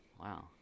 Wow